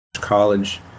college